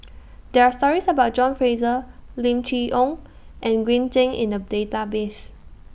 There Are stories about John Fraser Lim Chee Onn and Green Zeng in The Database